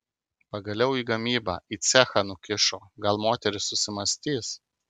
pagaliau į gamybą į cechą nukišo gal moteris susimąstys